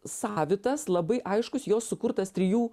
savitas labai aiškus jos sukurtas trijų